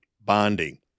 bonding